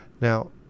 Now